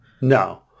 No